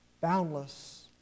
boundless